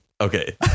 okay